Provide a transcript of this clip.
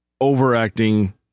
overacting